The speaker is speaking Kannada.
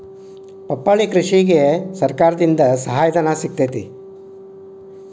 ಪಪ್ಪಾಳಿ ಕೃಷಿಗೆ ಸರ್ಕಾರದಿಂದ ಸಹಾಯಧನ ಸಿಗತೈತಿ